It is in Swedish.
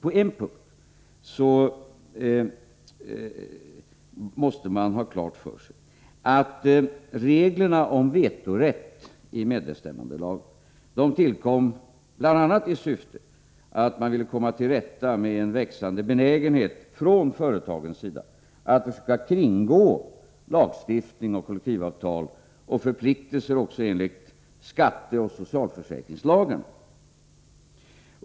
På en punkt måste man ha klart för sig att reglerna om vetorätt i medbestämmandelagen tillkom bl.a. i syfte att komma till rätta med en växande benägenhet hos företagen att försöka kringgå lagstiftning, kollektivavtal och även förpliktelser enligt skatteoch socialförsäkringslagarna.